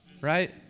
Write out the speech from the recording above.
Right